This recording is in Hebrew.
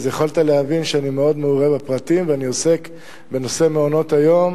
יכולת להבין שאני מאוד מעורה בפרטים ואני עוסק בנושא מעונות-היום